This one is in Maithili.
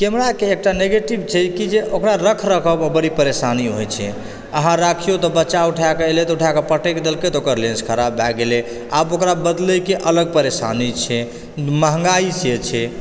कैमराकऽ एकटा नेगेटिव छै कि जे ओकरा रखरखाव पर बड़ी परेशानी होइ छै अहाँ राखिओ तऽ बच्चा उठायकऽ अएलह तऽ उठाके पटकि देलकय तऽ ओकर लेन्स खराब भए गेलय आब ओकरा बदलयकऽ अलग परेशानी छै महंगाई से छै